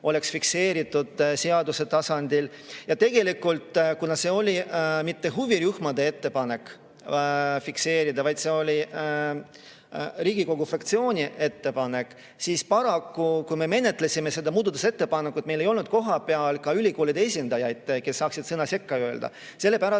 oleks fikseeritud seaduse tasandil. Tegelikult, kuna see ei olnud mitte huvirühmade ettepanek, vaid see oli Riigikogu fraktsiooni ettepanek, siis paraku, kui me menetlesime seda muudatusettepanekut, ei olnud meil kohapeal ülikoolide esindajaid, kes saanuks sõna sekka öelda. Sellepärast